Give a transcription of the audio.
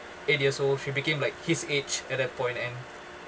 eight years old she became like his age at that point and